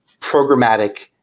programmatic